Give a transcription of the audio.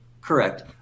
Correct